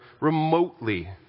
remotely